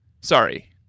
Sorry